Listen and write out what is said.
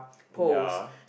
ya